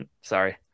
Sorry